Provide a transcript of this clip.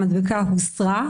המדבקה הוסרה.